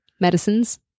Medicines